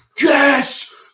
yes